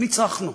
ניצחנו,